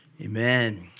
Amen